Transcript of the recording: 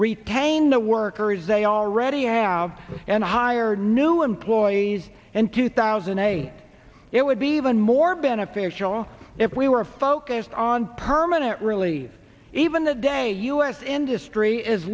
retain the workers they already have and hire new employees and two thousand and eight it would be even more beneficial if we were focused on permanent really even the day u s industry is